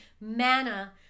manna